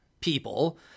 people